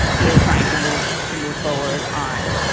you know, trying to move to move forward on.